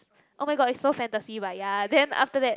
oh-my-god is so fantasy but ya then after that